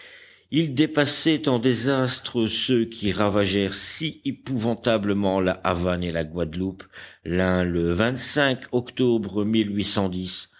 il dépassait en désastres ceux qui ravagèrent si épouvantablement la havane et la guadeloupe l'un le octobre